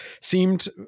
seemed